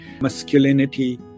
masculinity